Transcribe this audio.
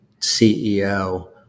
CEO